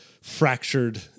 fractured